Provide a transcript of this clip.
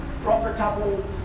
profitable